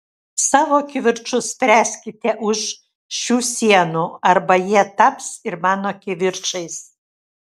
savo kivirčus spręskite už šių sienų arba jie taps ir mano kivirčais